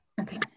Okay